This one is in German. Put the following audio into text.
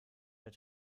der